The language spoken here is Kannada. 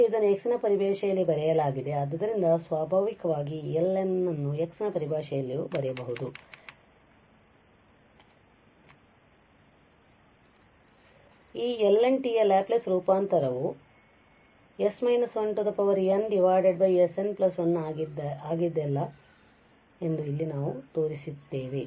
ಆದ್ದರಿಂದ ಇಲ್ಲಿ ಅದನ್ನು x ನ ಪರಿಭಾಷೆಯಲ್ಲಿ ಬರೆಯಲಾಗಿದೆ ಆದ್ದರಿಂದ ಸ್ವಾಭಾವಿಕವಾಗಿ ಈ Ln ಅನ್ನು x ನ ಪರಿಭಾಷೆಯಲ್ಲಿಯೂ ಬರೆಯಬಹುದು −1 ಈ Lnಯ ಲ್ಯಾಪ್ಲೇಸ್ ರೂಪಾಂತರವು s−1 n s n1 ಆಗಿದೆಲ್ಲ ಎಂದು ಇಲ್ಲಿ ನಾವು ತೋರಿಸುತ್ತೇವೆ